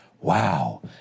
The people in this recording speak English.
Wow